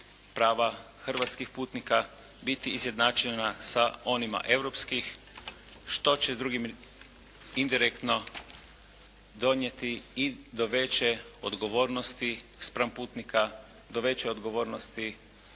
hrvatskih putnika biti izjednačena sa onima europskih, što će indirektno donijeti i do veće odgovornosti spram putnika, do veće odgovornosti